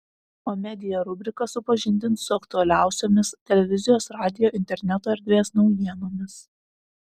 o media rubrika supažindins su aktualiausiomis televizijos radijo interneto erdvės naujienomis